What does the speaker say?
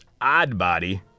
Oddbody